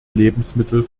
lebensmittel